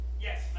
yes